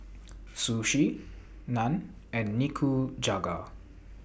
Sushi Naan and Nikujaga